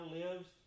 lives